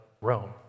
Rome